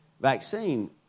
vaccine